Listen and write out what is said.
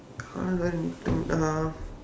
hold on then uh